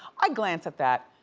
i glance at that.